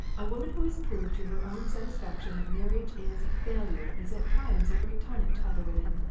a woman who has proved to her own satisfaction that marriage is a failure is at times a great tonic to other women.